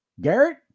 Garrett